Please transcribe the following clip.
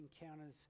encounters